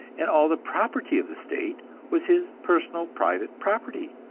and all the property of the state was his personal, private property,